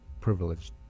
privileged